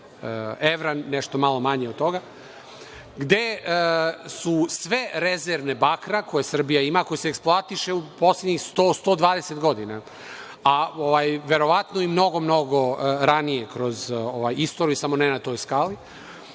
evra, nešto malo manje od toga, gde su sve rezerve bakra, koje Srbija ima, koji se eksploatiše u poslednjih 100 – 120 godina, a verovatno i mnogo, mnogo ranije kroz istoriju, samo ne na toj skali,